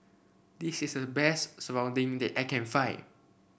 this is the best Serunding that I can find